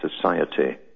society